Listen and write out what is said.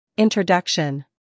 Introduction